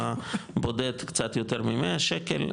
הבודד קצת יותר מ-100 שקל,